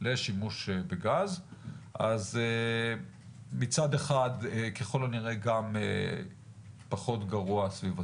לשימוש בגז אז מצד אחד ככל הנראה גם פחות גרוע סביבתית,